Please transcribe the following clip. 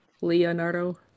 Leonardo